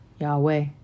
Yahweh